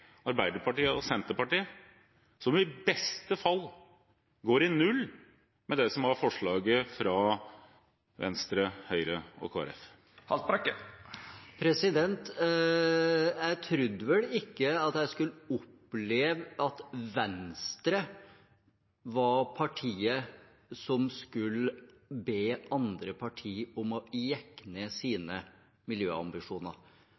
Arbeiderpartiet og Senterpartiet som i beste fall går i null sammenliknet med det som var forslaget fra Venstre, Høyre og Kristelig Folkeparti? Jeg trodde vel ikke at jeg skulle få oppleve at Venstre var partiet som skulle be andre partier om å jekke ned